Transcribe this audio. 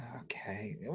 Okay